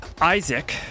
Isaac